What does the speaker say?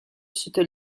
sotto